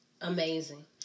amazing